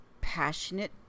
passionate